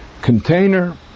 container